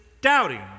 doubting